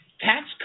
Tax